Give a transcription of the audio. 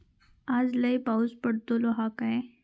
आज लय पाऊस पडतलो हा काय?